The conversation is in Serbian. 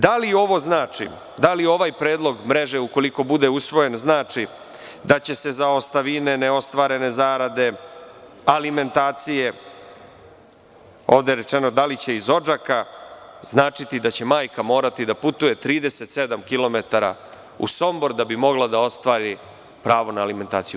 Da li ovo znači, da li ovaj predlog mreže, ukoliko bude usvojen znači da će se za ostavine, neostvarene zarade, alimentacije, ovde je rečeno da li će iz Odžaka, značiti da će majka morati da putuju 37 kilometara u Sombor da bi mogla da ostvari pravo na alimentaciju?